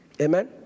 Amen